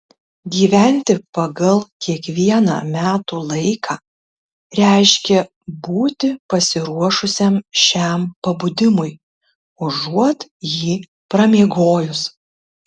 gyventi pagal kiekvieną metų laiką reiškia būti pasiruošusiam šiam pabudimui užuot jį pramiegojus